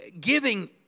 giving